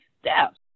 steps